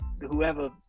whoever